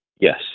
Yes